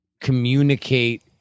communicate